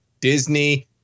Disney